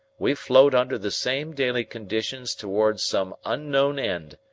we float under the same daily conditions towards some unknown end,